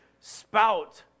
spout